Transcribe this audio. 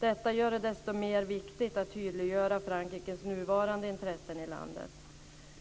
Detta gör det desto mer viktigt att tydliggöra Frankrikes nuvarande intressen i landet.